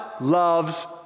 loves